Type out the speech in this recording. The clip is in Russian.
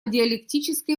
диалектической